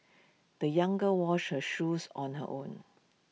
the young girl washed her shoes on her own